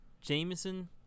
Jameson